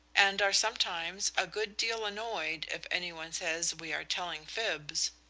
and are sometimes a good deal annoyed if any one says we are telling fibs.